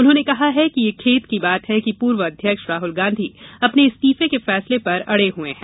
उन्होंने कहा कि यह खेद की बात है कि पूर्व अध्यक्ष राहुल गांधी अपने इस्तीफे के फैसले पर अड़े हुए हैं